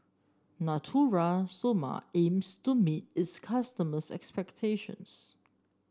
Natura Stoma aims to meet its customers' expectations